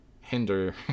hinder